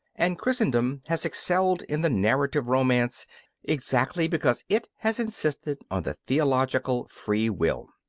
and christendom has excelled in the narrative romance exactly because it has insisted on the theological free-will.